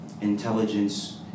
intelligence